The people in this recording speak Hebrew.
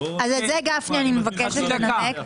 אני מבקשת לנמק.